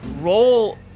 Roll